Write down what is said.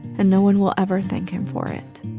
and no one will ever thank him for it